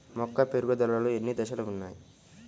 మొక్క పెరుగుదలలో ఎన్ని దశలు వున్నాయి?